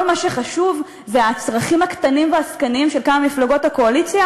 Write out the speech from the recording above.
כל מה שחשוב זה הצרכים הקטנים והעסקניים של כמה מפלגות הקואליציה,